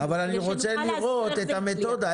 אבל אני רוצה לראות את המתודה.